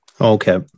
Okay